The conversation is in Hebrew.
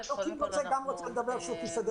אני גם רוצה לדבר בבקשה.